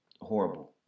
horrible